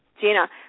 Gina